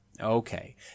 Okay